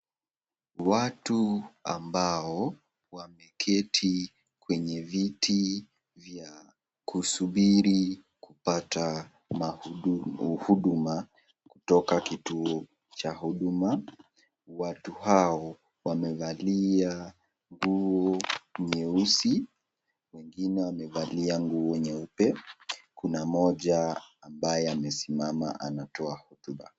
Watu ambao wameketi kwenye viti vya kusubiri kupata huduma kutoka kituo cha huduma kutoka kituo cha huduma watu hao wamevalia nguo nyeusi wengine wamevaa nguo nyeupe kuna moja ambaye amesimama anatoa hotuba.